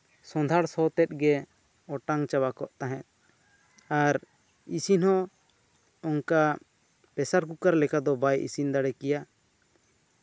ᱥᱚᱸᱫᱷᱟᱲ ᱥᱚ ᱛᱮᱫ ᱜᱮ ᱚᱴᱟᱝ ᱪᱟᱵᱟ ᱠᱚᱜ ᱛᱟᱦᱮᱸᱫ ᱟᱨ ᱤᱥᱤᱱ ᱦᱚᱸ ᱚᱱᱠᱟ ᱯᱮᱥᱟᱨ ᱠᱩᱠᱟᱨ ᱞᱮᱠᱟ ᱫᱚ ᱵᱟᱭ ᱤᱥᱤᱱ ᱫᱟᱲᱮ ᱠᱮᱭᱟ